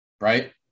Right